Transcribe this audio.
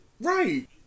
Right